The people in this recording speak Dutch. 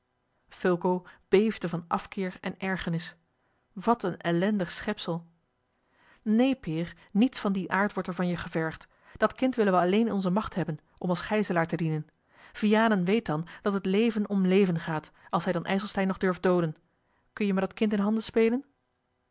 fulco beefde van af keer en ergernis wat een ellendig schepsel neen peer niets van dien aard wordt er van je gevergd dat kind willen we alleen in onze macht hebben om als gijzelaar te dienen vianen weet dan dat het leven om leven gaat als hij dan ijselstein nog durft dooden kun-je me dat kind in handen spelen